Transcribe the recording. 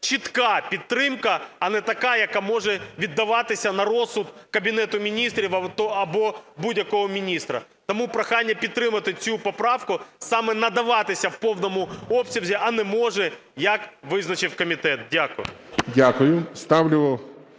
чітка підтримка, а не така, яка може віддаватися на розсуд Кабінету Міністрів або будь-якого міністра. Тому прохання підтримати цю поправку, саме "надаватися в повному обсязі", а не "може", як визначив комітет. Дякую. ГОЛОВУЮЧИЙ.